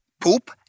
poop